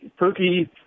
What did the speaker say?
Pookie